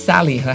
Sally